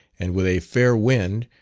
and with a fair wind,